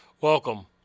Welcome